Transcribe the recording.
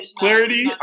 clarity